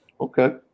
okay